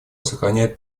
сохраняет